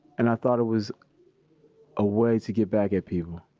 and i thought it was a way to get back at people.